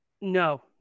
No